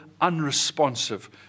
unresponsive